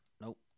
nope